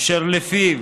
אשר לפיו